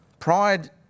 Pride